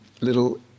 little